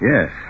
Yes